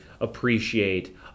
appreciate